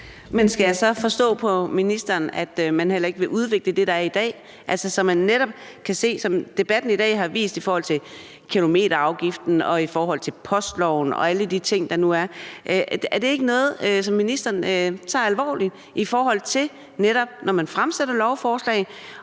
Skal jeg så forstå på ministeren, at man heller ikke vil udvikle det, der er i dag? Er det, som debatten i dag har vist i forhold til kilometerafgiften, i forhold til postloven og alle de ting, der nu er, ikke noget, som ministeren tager alvorligt, sådan at man, når man fremsætter lovforslag,